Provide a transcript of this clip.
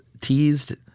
teased